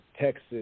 Texas